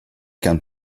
can